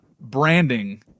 branding